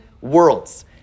worlds